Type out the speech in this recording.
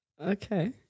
Okay